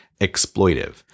exploitive